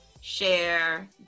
share